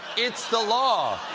it's the law.